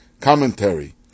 commentary